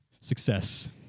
Success